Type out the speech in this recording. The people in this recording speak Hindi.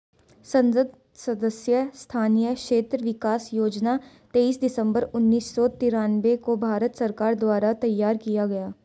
संसद सदस्य स्थानीय क्षेत्र विकास योजना तेईस दिसंबर उन्नीस सौ तिरान्बे को भारत सरकार द्वारा तैयार किया गया